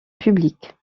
public